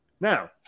Now